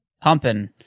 pumping